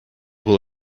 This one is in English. will